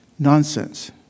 Nonsense